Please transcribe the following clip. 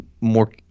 more